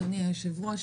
אדוני היושב-ראש,